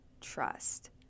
trust